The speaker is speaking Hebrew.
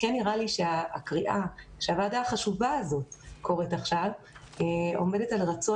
נראה לי שהקריאה שהוועדה החשובה הזו קוראת עכשיו עומדת על רצון